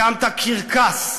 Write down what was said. הקמת קרקס,